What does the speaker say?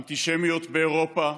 אנטישמיות באירופה,